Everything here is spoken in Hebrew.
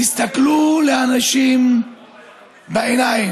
תסתכלו לאנשים בעיניים,